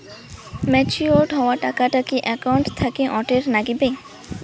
Matured হওয়া টাকাটা কি একাউন্ট থাকি অটের নাগিবে?